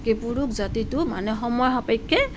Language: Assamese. যে পুৰুষ জাতিটো মানে সময় সাপেক্ষে